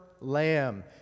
lamb